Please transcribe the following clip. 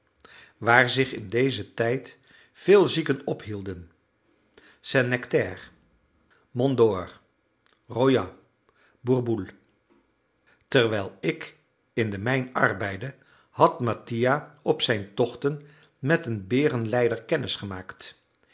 waar zich in dezen tijd veel zieken ophielden saint nectaire mont dore royat bourboule terwijl ik in de mijn arbeidde had mattia op zijn tochten met een berenleider